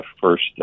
first